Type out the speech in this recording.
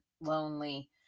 lonely